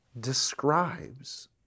describes